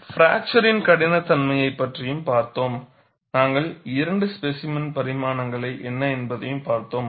fracture கடின சோதனைனையை பற்றி பார்த்தோம் நாங்கள் இரண்டு ஸ்பேசிமென் பரிமாணங்களைப் என்ன என்பதயும் பார்த்தோம்